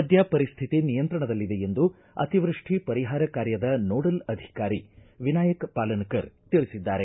ಸದ್ಕ ಪರಿಶ್ವಿತಿ ನಿಯಂತ್ರಣದಲ್ಲಿದೆ ಎಂದು ಅತಿವೃಷ್ಠಿ ಪರಿಹಾರ ಕಾರ್ಯದ ನೋಡಲ್ ಅಧಿಕಾರಿ ವಿನಾಯಕ ಪಾಲನಕರ್ ತಿಳಿಸಿದ್ದಾರೆ